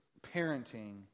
parenting